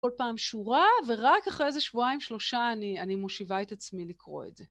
כל פעם שורה ורק אחרי איזה שבועיים שלושה אני אני מושיבה את עצמי לקרוא את זה.